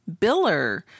biller